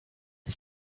ich